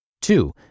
Two